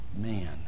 man